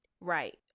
right